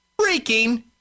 freaking